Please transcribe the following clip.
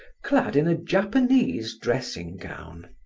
clad in a japanese dressing-gown.